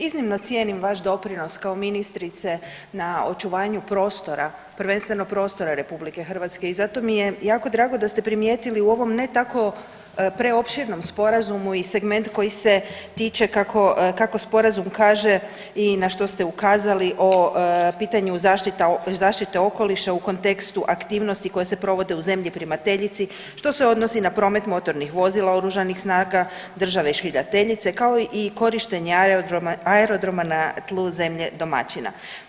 Iznimno cijenim vaš doprinos kao ministrice na očuvanju prostora, prvenstveno prostora Republike Hrvatske i zato mi je jako drago da ste primijetili u ovom ne tako preopširnom Sporazumu i segment koji se tiče, kako Sporazum kaže, i na što ste ukazali o pitanju zaštite okoliša u kontekstu aktivnosti koje se provode u zemlji primateljici, što se odnosi na promet motornih vozila oružanih snaga države šiljateljice, kao i korištenje aerodroma na tlu zemlje domaćina.